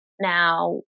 Now